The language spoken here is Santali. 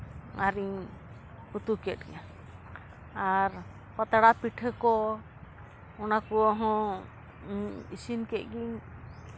ᱟᱨᱤᱧ ᱩᱛᱩ ᱠᱮᱫ ᱜᱮ ᱟᱨ ᱯᱟᱛᱲᱟ ᱯᱤᱴᱷᱟᱹ ᱠᱚ ᱚᱱᱟ ᱠᱚᱦᱚᱸ ᱤᱥᱤᱱ ᱠᱮᱫ ᱜᱤᱧ